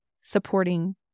supporting